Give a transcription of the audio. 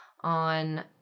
on